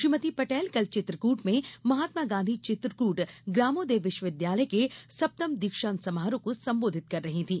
श्रीमती पटेल कल चित्रकूट में महात्मा गाँधी चित्रकूट ग्रामोदय विश्विविद्यालय के सप्तम दीक्षांत समारोह को संबोधित कर रही थीं